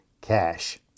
cash